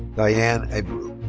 thayane abreu.